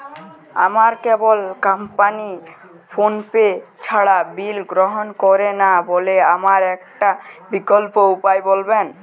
আমার cable company PhonePe ছাড়া bill গ্রহণ করে না বলে আমার একটা বিকল্প উপায় বলবেন?